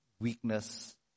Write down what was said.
weakness